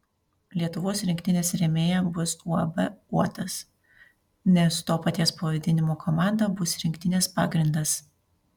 lietuvos rinktinės rėmėja bus uab uotas nes to paties pavadinimo komanda bus rinktinės pagrindas